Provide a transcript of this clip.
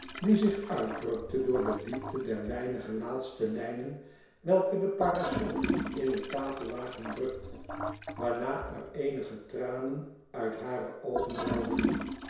die zich uitdrukte door de diepte der weinige laatste lijnen welke de parasol in het tafellaken drukte waarna er eenige tranen mt hare oogen welden